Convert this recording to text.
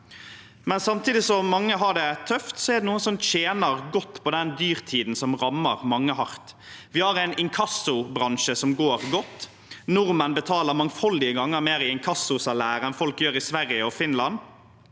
Samtidig som mange har det tøft, er det noen som tjener godt på den dyrtiden som rammer mange hardt. Vi har en inkassobransje som går godt. Nordmenn betaler mangfoldige ganger mer i inkassosalær enn folk gjør i Sverige og Finland.